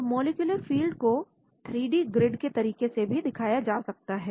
तो molecular field को three D grid के तरीके से भी दिखाया जा सकता है